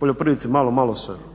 Poljoprivrednici malo, malo se